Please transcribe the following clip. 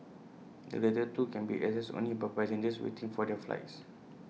the latter two can be accessed only by passengers waiting for their flights